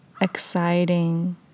exciting